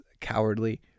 cowardly